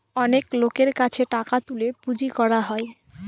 অনেক লোকের কাছে টাকা তুলে পুঁজি করা হয়